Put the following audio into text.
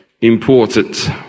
important